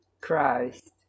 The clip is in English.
Christ